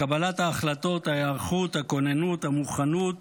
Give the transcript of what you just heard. קבלת ההחלטות, ההיערכות, הכוננות, המוכנות